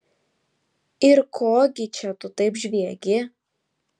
ir ko gi čia tu taip žviegi